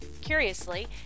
Curiously